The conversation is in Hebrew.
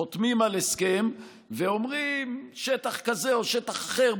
חותמים על הסכם ואומרים: שטח כזה או שטח אחר,